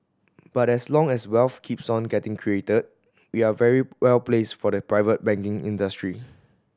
but as long as wealth keeps on getting created we are very well placed for the private banking industry